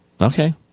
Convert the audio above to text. Okay